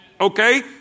Okay